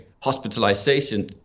hospitalization